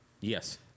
Yes